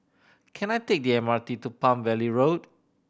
can I take the M R T to Palm Valley Road